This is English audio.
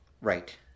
Right